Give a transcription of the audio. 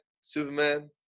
Superman